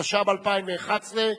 התשע"ב 2011,